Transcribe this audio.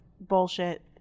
bullshit